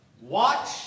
watch